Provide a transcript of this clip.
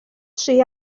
tri